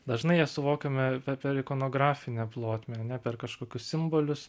dažnai jas suvokiame per per ikonografinę plotmę ane per kažkokius simbolius